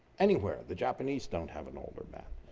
anywhere. the japanese don't have an older map.